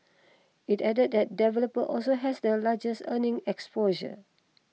it added that developer also has the largest earnings exposure